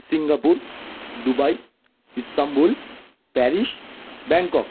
Singapore Dubai Istanbul Paris Bangkok